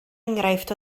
enghraifft